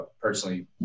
Personally